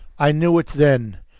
i knew it then.